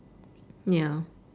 ya